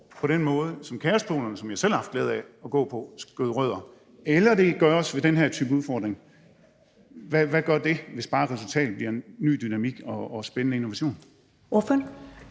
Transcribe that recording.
– en uddannelse, som jeg selv har haft glæde af at gå på – skød rødder på, eller om det gøres via den her type udfordring, hvad gør det, hvis bare resultatet bliver en ny dynamik og spændende innovation?